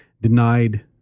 denied